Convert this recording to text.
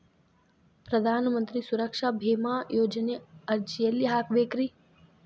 ಪ್ರಧಾನ ಮಂತ್ರಿ ಸುರಕ್ಷಾ ಭೇಮಾ ಯೋಜನೆ ಅರ್ಜಿ ಎಲ್ಲಿ ಹಾಕಬೇಕ್ರಿ?